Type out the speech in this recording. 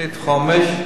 תוכנית חומש,